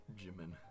Jimin